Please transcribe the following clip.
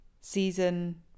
season